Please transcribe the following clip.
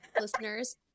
listeners